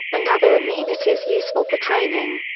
and other amenities useful for training.